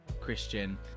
Christian